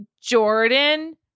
Jordan